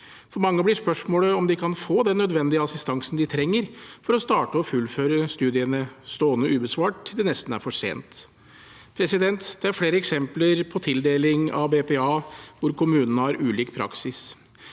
For mange blir spørsmålet om de kan få den nødvendige assistansen de trenger for å starte og fullføre studiene, stående ubesvart til det nesten er for sent. Det er flere eksempler på at kommunene har ulik praksis